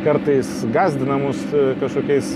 kartais gąsdina mus kažkokiais